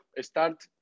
start